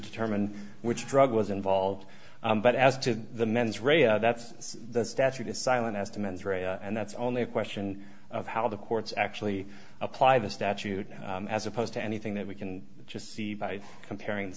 determine which drug was involved but as to the mens rea that's the statute is silent as to mens rea and that's only a question of how the courts actually apply the statute as opposed to anything that we can just see by comparing